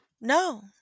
No